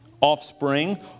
offspring